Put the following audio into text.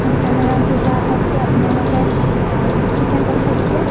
সত্যনাৰায়ণ পূজা এটাত যে আপোনালোকে চিকেন পঠাই দিছে